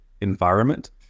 environment